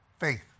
faith